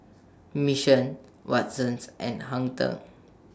Mission Watsons and Hang ten